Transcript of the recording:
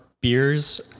beers